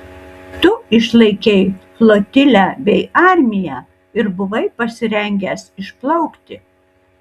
tu išlaikei flotilę bei armiją ir buvai pasirengęs išplaukti